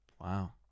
wow